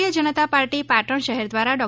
ભારતીય જનતા પાર્ટી પાટણ શહેર દ્વારા ડૉ